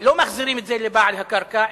לא מחזירים את זה לבעל הקרקע,